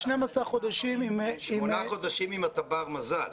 12 חודשים עם --- שמונה חודשים אם אתה בר מזל,